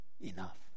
enough